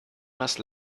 must